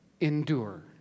endure